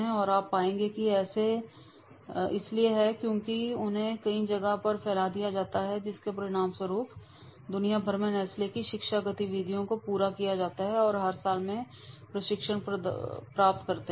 और आप पाएंगे कि ऐसा इसलिए है क्योंकि उन्होंने इसे कई जगहों पर फैला दिया है जिसके परिणामस्वरूप दुनिया भर में नेस्ले की शिक्षा गतिविधियों को पूरा किया जाता है और हर साल वे प्रशिक्षण प्राप्त कर रहे हैं